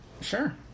Sure